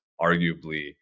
arguably